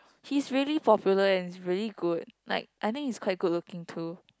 he's really popular and is really good like I think he's quite good looking too